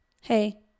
hey